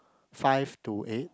five to eight